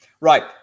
Right